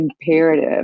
imperative